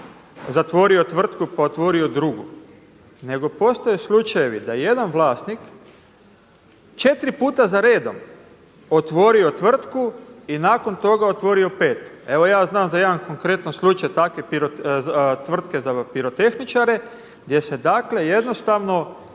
zatvorio tvrtku pa otvorio drugu, nego postoje slučajevi da jedan vlasnik četiri puta za redom otvorio tvrtku i nakon toga otvorio petu. Evo ja znam za jedan konkretan slučaj takve tvrtke za pirotehničare, gdje se dakle jednostavno